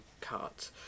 cut